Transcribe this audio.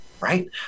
right